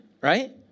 right